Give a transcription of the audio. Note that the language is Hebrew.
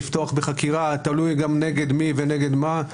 צריכה שתהיה מדיניות ארצית ברורה שאומרת איך מתנהלים בהפגנות,